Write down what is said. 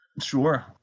Sure